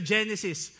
Genesis